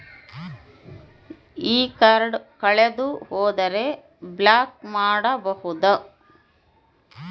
ಈ ಕಾರ್ಡ್ ಕಳೆದು ಹೋದರೆ ಬ್ಲಾಕ್ ಮಾಡಬಹುದು?